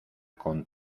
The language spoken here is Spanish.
con